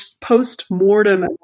post-mortem